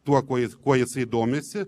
tuo kuo jis kuo jisai domisi